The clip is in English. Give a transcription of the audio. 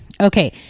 Okay